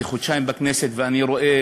אני חודשיים בכנסת, ולפעמים אני רואה